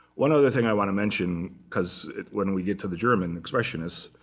one other thing i want to mention, because when we get to the german expressionists